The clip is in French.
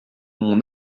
mon